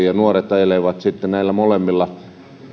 ja nuoret ajelevat sitten näillä molemmilla